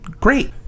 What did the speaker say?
great